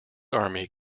army